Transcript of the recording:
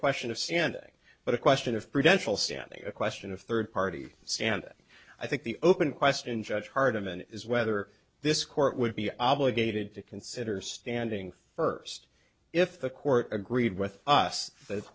question of standing but a question of prudential standing a question of third party stand i think the open question judge hardiman is whether this court would be obligated to consider standing first if the court agreed with us